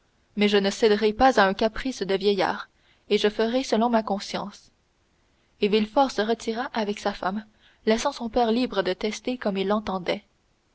mais je ne céderai pas à un caprice de vieillard et je ferai selon ma conscience et villefort se retira avec sa femme laissant son père libre de tester comme il l'entendrait